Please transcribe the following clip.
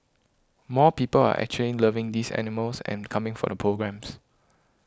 more people are actually loving these animals and coming for the programmes